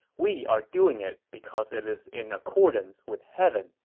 we are doing it because it is in accordance with heaven